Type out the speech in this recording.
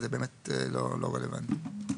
כי זה לא רלוונטי.